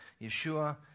Yeshua